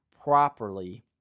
properly